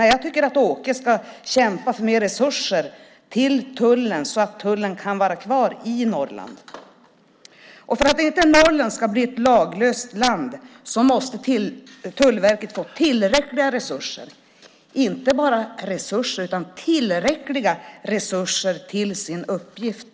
Jag tycker att Åke ska kämpa för mer resurser till tullen så att tullen kan vara kvar i Norrland. För att Norrland inte ska bli ett laglöst land måste Tullverket få tillräckliga resurser för sin uppgift.